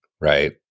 Right